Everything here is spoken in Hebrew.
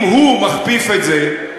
אם הוא מכפיף את זה,